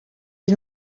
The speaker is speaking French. vit